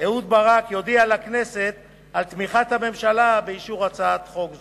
אהוד ברק יודיע לכנסת על תמיכת הממשלה באישור הצעת חוק זו.